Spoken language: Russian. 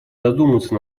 задуматься